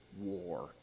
war